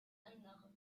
innere